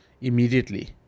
immediately